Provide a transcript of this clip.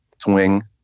Swing